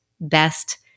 best